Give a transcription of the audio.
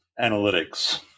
analytics